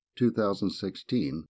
2016